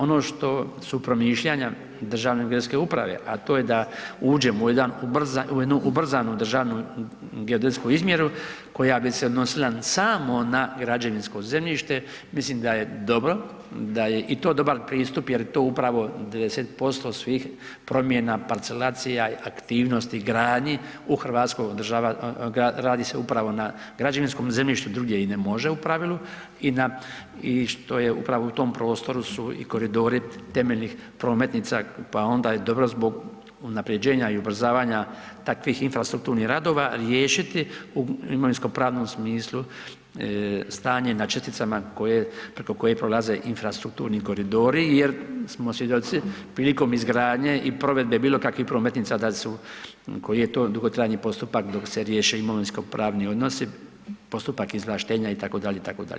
Ono što su premišljanja Državne geodetske uprave, a to je da uđemo u jednu ubrzanu državnu geodetsku izmjeru koja bi se odnosila samo na građevinsko zemljište, mislim da je dobro i da je to dobar pristup jer to upravo 90% svih promjena parcelacija i aktivnosti gradnji radi se upravo na građevinskom zemljištu, drugdje i ne može u pravilu i što su upravo u tom prostoru i koridori temeljnih prometnica pa je onda dobro zbog unapređenja i ubrzavanja takvih infrastrukturnih radova riješiti u imovinsko-pravnom smislu stanje na česticama preko koje prolaze infrastrukturni koridori jer smo svjedoci prilikom izgradnje i provedbe bilo kakvih prometnica da su koji je to dugotrajni postupak dok se riješe imovinsko-pravni odnosi, postupak izvlaštenja itd., itd.